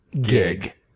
gig